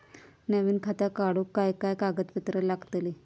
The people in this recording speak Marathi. नवीन खाता काढूक काय काय कागदपत्रा लागतली?